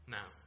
Now